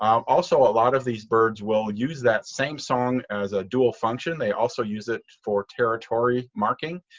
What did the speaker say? um also, a lot of these birds will use that same song as a dual function they also use it for territory marking.